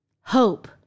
hope